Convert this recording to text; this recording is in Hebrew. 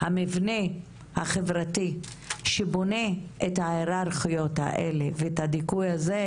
והמבנה החברתי שבונה את ההיררכיות האלה ואת הדיכוי הזה,